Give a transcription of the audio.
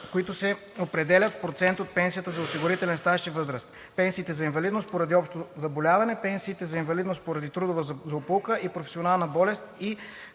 които се определят в процент от пенсията за осигурителен стаж и възраст: пенсиите за инвалидност поради общо заболяване, пенсиите за инвалидност поради трудова злополука и професионална болест и